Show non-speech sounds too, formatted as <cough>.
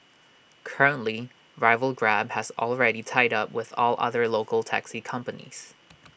currently rival grab has already tied up with all other local taxi companies <noise>